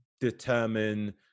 determine